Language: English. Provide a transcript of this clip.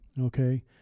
Okay